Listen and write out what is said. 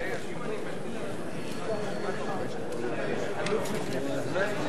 יושב-ראש ועדת הכלכלה מבקש,